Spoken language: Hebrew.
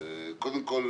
קודם כל,